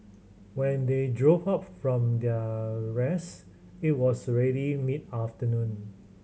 when they joke up from their rest it was already mid afternoon